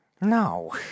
No